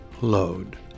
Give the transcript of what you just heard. load